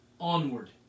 onward